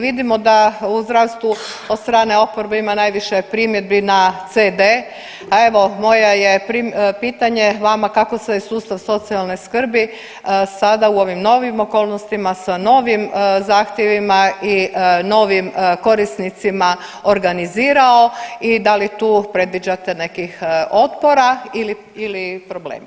Vidimo da u zdravstvu od strane oporbe ima najviše primjedbi na CD, a evo moja je pitanje vama kako se sustav socijalne skrbi sada u ovim novim okolnostima, sa novim zahtjevima i novim korisnicima organizirao i da li tu predviđate nekih otpora ili problema?